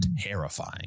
terrifying